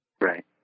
Right